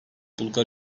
bulgar